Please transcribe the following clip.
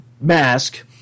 mask